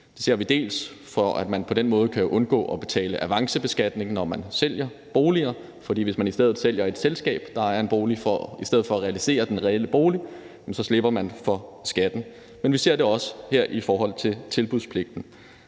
Det ser vi, fordi man på den måde kan undgå at betale avancebeskatning, når man sælger boliger, for hvis man sælger et selskab, der ejer en bolig, i stedet for at realisere den reelle bolig, så slipper man for skatten. Men vi ser det også her i forhold til tilbudspligten,